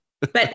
but-